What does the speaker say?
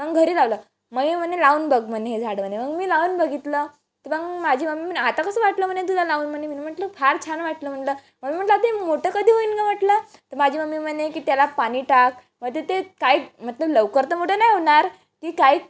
मग घरी लावलं मम्मी म्हणे लावून बघ म्हणे हे झाड म्हणे मग मी लावून बघितलं तर मग माझी मम्मी म्हणे आता कसं वाटलं म्हणे तुला लावून म्हणे म्हणे म्हटलं फार छान वाटलं म्हटलं मम्मी म्हटलं आता मोठं कधी होईल का म्हटलं तर माझी मम्मी म्हणे की त्याला पाणी टाक मग ते ते काही मतलब लवकर तर मोठं नाही होणार की काही